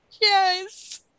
yes